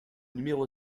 numéro